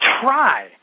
try